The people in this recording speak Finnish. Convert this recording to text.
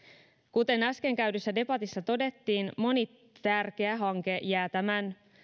kuten äsken käydyssä debatissa todettiin moni tärkeä hanke jää tämän